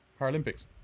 Paralympics